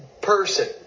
person